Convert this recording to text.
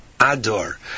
Ador